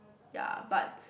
ya but